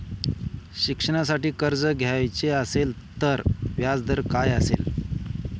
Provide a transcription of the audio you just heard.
शिक्षणासाठी कर्ज घ्यायचे असेल तर व्याजदर काय असेल?